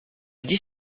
dix